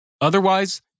Otherwise